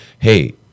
hey